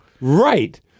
Right